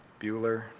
Bueller